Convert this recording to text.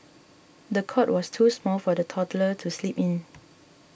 the cot was too small for the toddler to sleep in